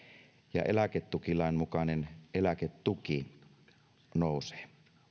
ja eläketukilain mukainen eläketuki nousee